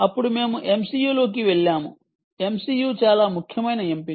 అప్పుడు మేము MCU లోకి వెళ్ళాము MCU చాలా ముఖ్యమైన ఎంపిక